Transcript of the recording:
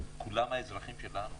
כולם האזרחים שלנו.